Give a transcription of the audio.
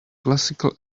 classical